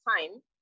time